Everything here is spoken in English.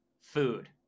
Food